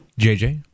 jj